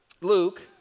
Luke